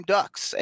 Ducks